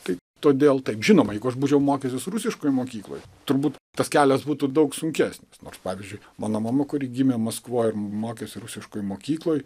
tai todėl taip žinoma jeigu aš būčiau mokęsis rusiškoj mokykloj turbūt tas kelias būtų daug sunkesnis nors pavyzdžiui mano mama kuri gimė maskvoj ir mokėsi rusiškoj mokykloj